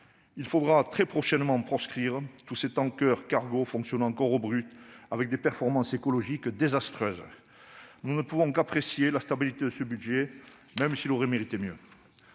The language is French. Il faudra très prochainement proscrire tous ces tankers et cargos fonctionnant encore au brut, avec des performances écologiques désastreuses. Nous ne pouvons qu'apprécier la stabilité de ce budget, même s'il aurait mérité mieux.